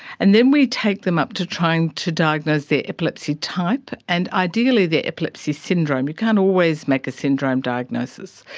and then we take them up to try and to diagnose their epilepsy type, and ideally their epilepsy syndrome. you can't always make a syndrome diagnosis.